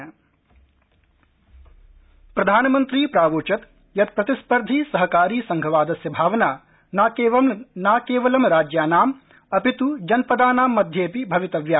प्रधानमंत्रीनीति योग प्रधानमन्त्री प्रावोचत् यत् प्रतिस्पर्धी सहकारी संघवादस्य भावना न केवलं राज्यानां अपित् जनपपदानां मध्येऽपि भवितव्या